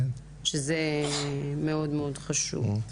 שזה מאוד מאוד חשוב.